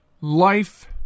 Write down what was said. life